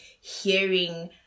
hearing